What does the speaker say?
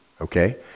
okay